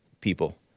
people